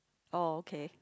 oh okay